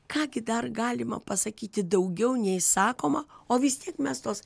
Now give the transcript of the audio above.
ką dar galima pasakyti daugiau nei sakoma o vis tiek mes tos